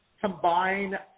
combine